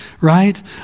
right